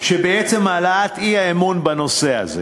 שבעצם העלאת האי-אמון בנושא הזה.